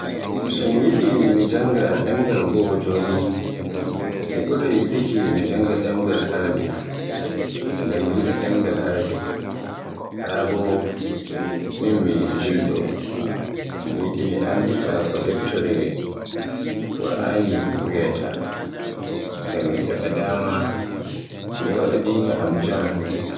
So mi yiɗi mi jannga ɗemgal goo joni, mi ɓuraay yiɗuki mi jannga ɗemgal Arabic, ngam mi yiɗi ɗemgal Arabik, raa bo min mi jolɗo, mi yiɗi mi anndita ko deftere Qurani wiyaata, ngam mi heɓa dama mi waɗa diina am jaam.